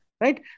right